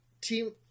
team